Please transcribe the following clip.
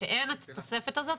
שאין את התוספת הזאת,